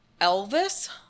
Elvis